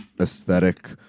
aesthetic